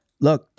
Look